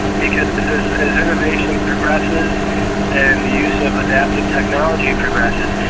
because as as innovation progresses and the use of adaptive technology progresses,